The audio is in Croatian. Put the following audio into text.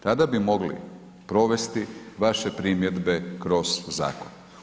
Tada bi mogli provesti vaše primjedbe kroz zakon.